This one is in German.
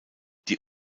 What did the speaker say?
die